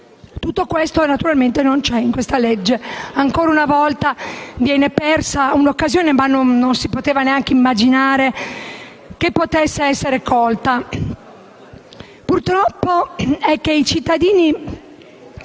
Tutto questo naturalmente non c'è nel disegno di legge in discussione. Ancora una volta viene persa un'occasione, ma non si poteva neanche immaginare che potesse essere colta. Purtroppo i cittadini